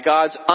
God's